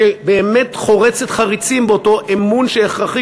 שבאמת חורצת חריצים באותו אמון שהכרחי